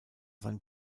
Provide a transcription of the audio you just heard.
sein